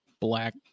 black